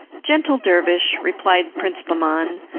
gentle dervish, replied prince bahman,